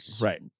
right